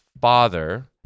father